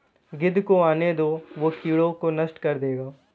गिद्ध को आने दो, वो कीड़ों को नष्ट कर देगा